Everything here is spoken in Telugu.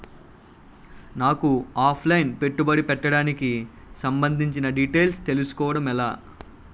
నాకు ఆఫ్ లైన్ పెట్టుబడి పెట్టడానికి సంబందించిన డీటైల్స్ తెలుసుకోవడం ఎలా?